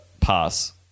Pass